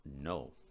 No